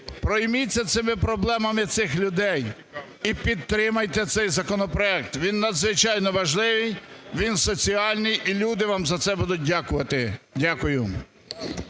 пройміться цими проблемами цих людей і підтримайте цей законопроект. Він надзвичайно важливий, він соціальний, і люди вам за це будуть дякувати. Дякую.